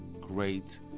great